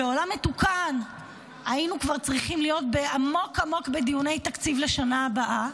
בעולם מתוקן היינו כבר צריכים להיות עמוק עמוק בדיוני תקציב לשנה הבאה,